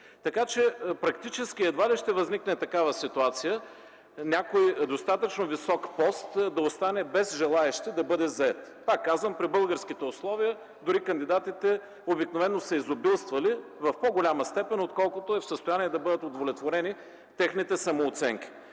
Така че практически едва ли ще възникне такава ситуация някой достатъчно висок пост да остане без желаещи да бъде зает. Пак казвам, при българските условия дори кандидатите обикновено са изобилствали в по-голяма степен, отколкото е в състояние на бъдат удовлетворени техните самооценки.